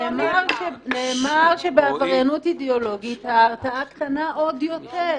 נאמר שבעבריינות אידאולוגית ההרתעה קטנה עוד יותר.